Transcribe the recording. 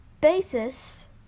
basis